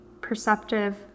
perceptive